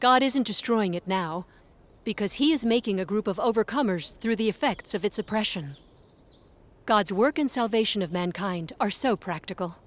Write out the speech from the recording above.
god isn't destroying it now because he is making a group of overcomers through the effects of its oppression god's work and salvation of mankind are so practical